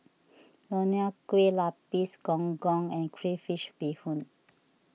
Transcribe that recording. Nonya Kueh Lapis Gong Gong and Crayfish BeeHoon